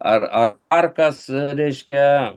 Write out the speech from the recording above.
ar ar ar kas reiškia